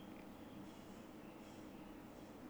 alright